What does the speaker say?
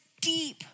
deep